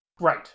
Right